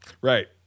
Right